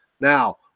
Now